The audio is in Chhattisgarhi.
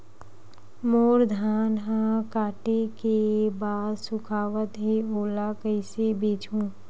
मोर धान ह काटे के बाद सुखावत हे ओला कइसे बेचहु?